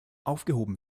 aufgehoben